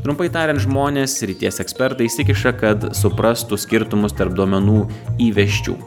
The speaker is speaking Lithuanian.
trumpai tariant žmonės srities ekspertai įsikiša kad suprastų skirtumus tarp duomenų įvesčių